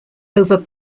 over